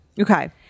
Okay